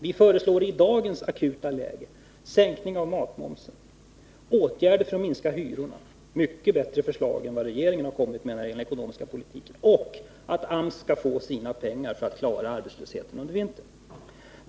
Vi föreslår i dagens akuta läge en sänkning av matmomsen och åtgärder för att minska hyrorna — mycket bättre förslag än de som regeringen har kommit med när det gäller den ekonomiska politiken. Vidare föreslår vi att AMS skall få sina pengar för att klara arbetslösheten under vintern.